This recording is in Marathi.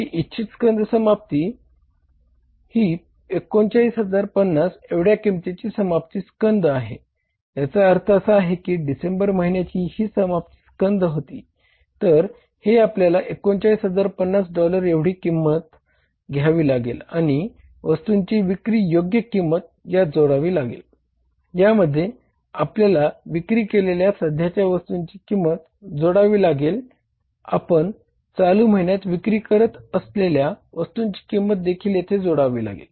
ही इच्छित स्कंध समाप्ती आपण चालू महिन्यात विक्री करत असलेल्या वस्तूंची किंमत देखील येथे जोडावी लागेल